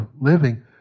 living